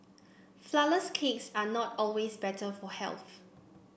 flourless cakes are not always better for health